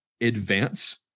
advance